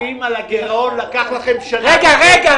--- דוחות כספיים על הגירעון לקח לכם שנה וחצי --- רגע,